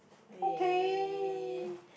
okay